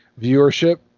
viewership